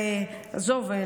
עזוב,